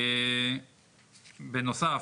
בנוסף,